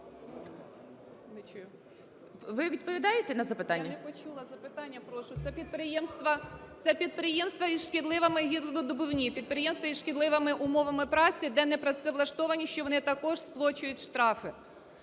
Ви відповідаєте на запитання? ПОПОВА Л.В. Я не почула запитання. Прошу? Це підприємства із шкідливими… гірновидобувні, підприємства із шкідливими умовами праці, де не працевлаштовані, що вони також сплачують штрафи.